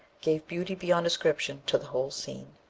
gave beauty beyond description to the whole scene.